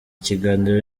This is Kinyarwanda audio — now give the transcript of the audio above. kiganiro